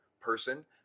person